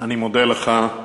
אני מודה לך.